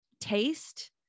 taste